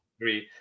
agree